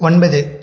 ஒன்பது